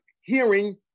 hearing